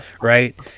right